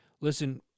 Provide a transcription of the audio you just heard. Listen